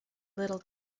little